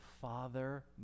Father